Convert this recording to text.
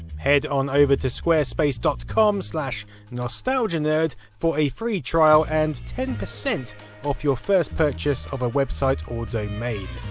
head on over to squarespace dot com slash nostalgianerd for a free trial, and ten percent off your first purchase of a website or domain.